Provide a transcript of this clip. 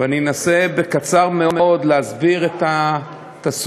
ואני אנסה, בקצרה מאוד, להסביר את הסוגיה.